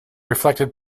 reflected